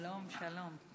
שלום, שלום.